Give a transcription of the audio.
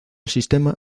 sistema